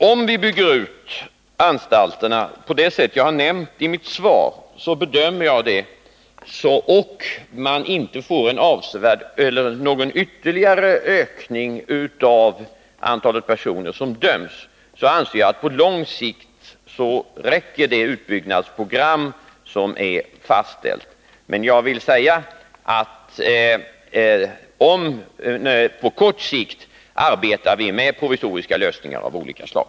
Om vi bygger ut anstalterna på det sätt jag har nämnt i mitt svar och vi inte får någon ytterligare ökning av antalet personer som döms, anser jag att på lång sikt räcker det utbyggnadsprogram som är fastställt. Men jag vill säga att på kort sikt arbetar vi med provisoriska lösningar av olika slag.